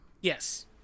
yes